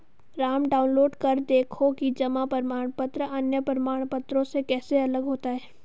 Ram download कर देखो कि जमा प्रमाण पत्र अन्य प्रमाण पत्रों से कैसे अलग होता है?